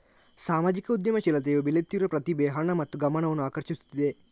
ಸಾಮಾಜಿಕ ಉದ್ಯಮಶೀಲತೆಯು ಬೆಳೆಯುತ್ತಿರುವ ಪ್ರತಿಭೆ, ಹಣ ಮತ್ತು ಗಮನವನ್ನು ಆಕರ್ಷಿಸುತ್ತಿದೆ